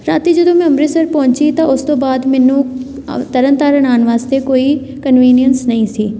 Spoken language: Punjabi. ਰਾਤੀ ਜਦੋਂ ਮੈਂ ਅੰਮ੍ਰਿਤਸਰ ਪਹੁੰਚੀ ਤਾਂ ਉਸ ਤੋਂ ਬਾਅਦ ਮੈਨੂੰ ਤਰਨ ਤਾਰਨ ਆਉਣ ਵਾਸਤੇ ਕੋਈ ਕਨਵੀਨੀਅਸ ਨਹੀਂ ਸੀ